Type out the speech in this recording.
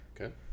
Okay